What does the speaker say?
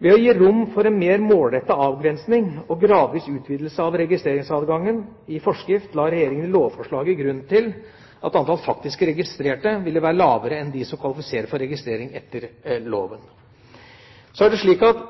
Ved å gi rom for en mer målrettet avgrensning og gradvis utvidelse av registreringsadgangen i forskrift la Regjeringa i lovforslaget til grunn at antall faktisk registrerte vil være lavere enn de som kvalifiserer for registrering etter loven. Så er det slik at